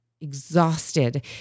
exhausted